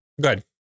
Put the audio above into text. good